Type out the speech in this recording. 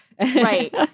Right